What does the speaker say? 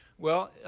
well,